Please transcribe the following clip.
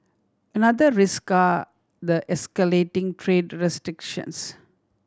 another risk are the escalating trade restrictions